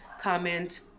comment